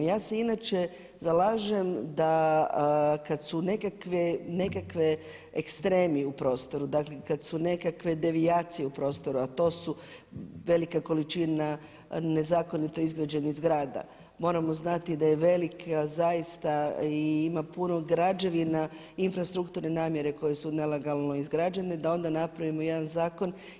Ja se inače zalažem da kad su nekakvi ekstremi u prostoru, da kad su nekakve devijacije u prostoru, a to su velika količina nezakonito izgrađenih zgrada moramo znati da je velika zaista i ima puno građevina, infrastrukturne namjere koje su nelegalno izgrađene, da onda napravimo jedan zakon.